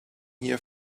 here